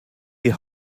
die